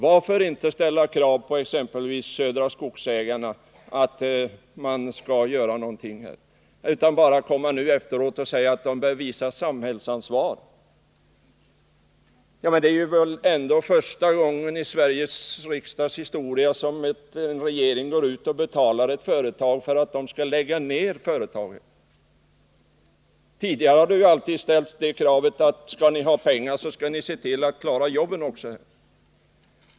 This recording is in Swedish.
Varför inte ställa krav på exempelvis Södra Skogsägarna att de skall göra någonting för sysselsättningen, inte komma nu efteråt och säga att de bör visa samhällsansvar? Det är väl första gången i Sveriges historia som en regering betalar ett företag för att det skall lägga ner en verksamhet. Tidigare har alltid det kravet ställts att skall ni få pengar så skall ni också se till att klara jobben.